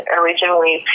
originally